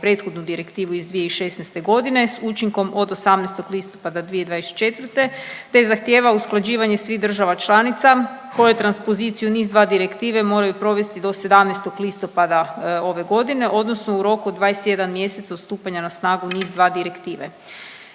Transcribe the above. prethodnu Direktivu iz 2016.g. s učinkom od 18. listopada 2024., te zahtijeva usklađivanje svih država članica koje transpoziciju NIS2 Direktive moraju provesti do 17. listopada ove godine odnosno u roku od 21 mjesec od stupanja na snagu NIS2 Direktive.